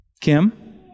Kim